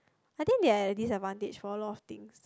I think they're at a disadvantage for a lot of things